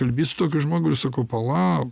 kalbi su tokiu žmogu ir sakau palau